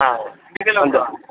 అంతే